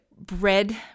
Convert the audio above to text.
bread